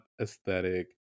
aesthetic